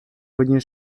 hodně